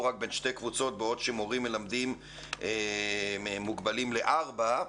רק בין שתי קבוצות בעוד שמורים מלמדים מוגבלים לארבע קבוצות.